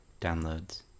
downloads